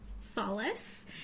solace